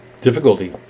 difficulty